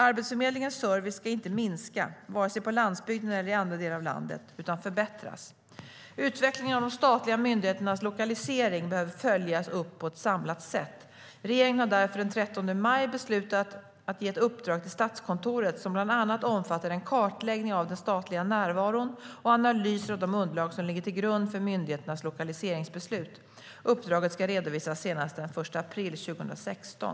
Arbetsförmedlingens service ska inte minska, varken på landsbygden eller i andra delar av landet, utan förbättras. Utvecklingen av de statliga myndigheternas lokalisering behöver följas upp på ett samlat sätt. Regeringen har därför den 13 maj beslutat om ett uppdrag till Statskontoret som bland annat omfattar en kartläggning av den statliga närvaron och analyser av de underlag som ligger till grund för myndigheternas lokaliseringsbeslut. Uppdraget ska redovisas senast den 1 april 2016.